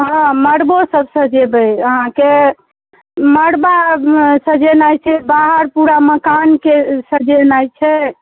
हँ मड़बोसब सजेबै अहाँके मड़बा सजेनाइ छै बाहर पूरा मकानके सजेनाइ छै